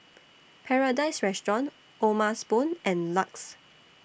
Paradise Restaurant O'ma Spoon and LUX